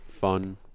fun